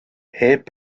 heb